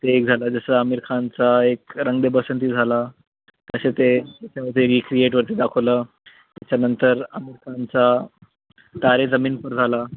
ते एक झालं जसं अमीर खानचा एक रंग दे बसंती झाला असे ते ते रिक्रिएटवरती दाखवलं त्याच्यानंतर अमीर खानचा तारे जमीन पर झालं